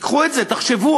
תיקחו את זה, תחשבו.